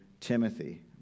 Timothy